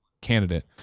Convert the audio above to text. candidate